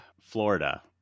Florida